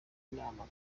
inama